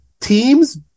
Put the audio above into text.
teams